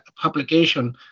publication